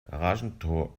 garagentor